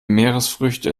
meeresfrüchte